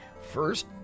First